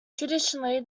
traditionally